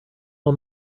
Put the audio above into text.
all